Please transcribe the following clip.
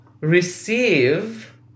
receive